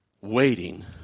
waiting